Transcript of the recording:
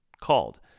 called